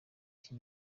iki